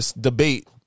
debate